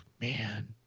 Man